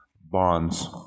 bonds